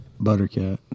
buttercat